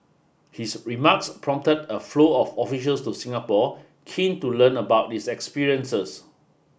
his remarks prompted a flow of officials to Singapore keen to learn about its experiences